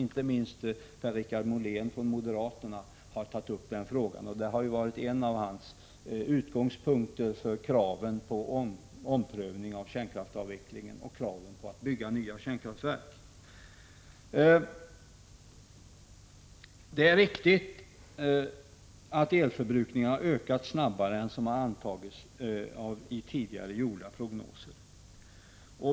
Inte minst Per-Richard Molén från moderaterna har behandlat denna fråga — den har varit en av hans utgångspunkter när det gällt kravet på omprövning av kärnkraftsavvecklingen och kravet att det skall byggas nya kärnkraftverk. Det är riktigt att elförbrukningen ökat snabbare än vad som har antagits i tidigare gjorda prognoser.